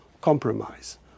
compromise